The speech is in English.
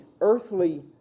earthly